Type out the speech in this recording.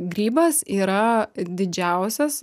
grybas yra didžiausias